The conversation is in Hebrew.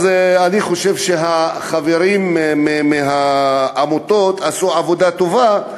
גם אני חושב שהחברים מהעמותות עשו עבודה טובה.